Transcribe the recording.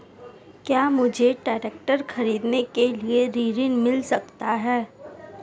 क्या मुझे ट्रैक्टर खरीदने के लिए ऋण मिल सकता है?